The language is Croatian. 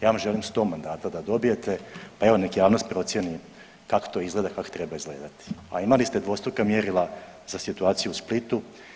Ja vam želim sto mandata da dobijete, pa evo nek' javnost procijeni kak' to izgleda, kak' treba izgledati, a imali ste dvostruka mjerila za situaciju u Splitu.